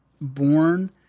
born